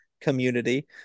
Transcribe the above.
community